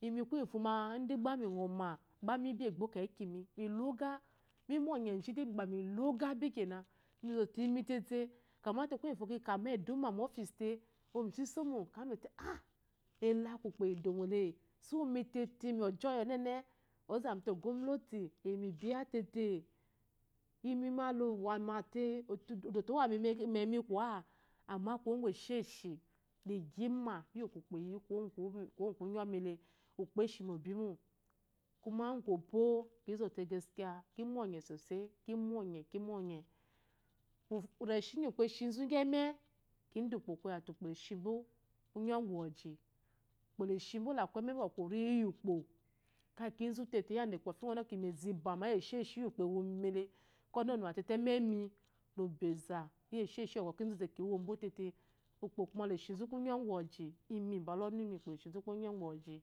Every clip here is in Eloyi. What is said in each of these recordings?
Imi kuye ngufo ma idegba mi ngɔma gba mibi egbo keki, milo oga, mi munye jide mi gba mi loga, mizɔte imi tėtė, kuye ngufo mika ma eduma mofis te oyi mu iso isomo ekeyi mizɔte-ah-ele akwu ukpo eyi edumo le, so imitėtė ojoy onene ɔzamite ogwamnah a biya mi tėtė. Imi ma lo wama tė odo te owama memi kwa, amma kuwo ngu esheshi la igima iyi kwɔ ukpo iyiyi kuiwo ngu kungɔ mile, ukpo eshimebimo. Kuma ngu kupo ki zɔte gaskiya ki manye sosai ki monye, ki monye. Reshi lgi ukpo eshi igi ɛme, kida ukpa koya te ukpo le shi kungɔ ngwa woji, ukpo le shimbo laku eme mba oriyi iyi ukpo, ka kizu te mu kofi ngwa ɔnene te ba iyimu izabama iyi esheshi lyi ukpo ewomile, ko ɔnunuwa tėtė ememi, lo beza iyi esheshi iyi ɔkwɔ owobo tėtė ukpo kuma le eshizu kwagu ngwa woji imi bala ɔnumi ukpo le shizu kungo ugwu woji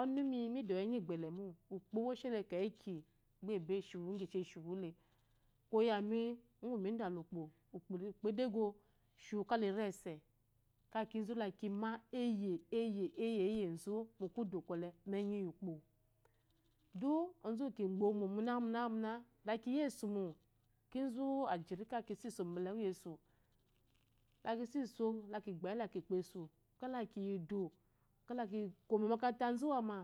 ɔnumi mi dowu enye igbalemo ukpo looshi le keke gba eshi wu lgi esheshi wu le. Koya mi ngwu mi da la ukpo. ukpo edego shi wu kala eri ese, ka kizu la kima eye-eye-eyenzu mu kudu kwɔle mu enyi iyi ukpo. Duk onzu uwu ki gbowa mo muna-muna la kiya esumo kizu ajiri ka la so iso iyesu, la kiso iso la kiyi la kpa esu kala kiyi idu ka ki komo omakarata zuwama.